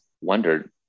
wondered